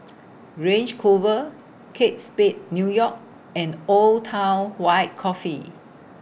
Range Rover Kate Spade New York and Old Town White Coffee